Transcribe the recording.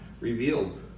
revealed